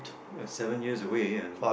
ya seven years away and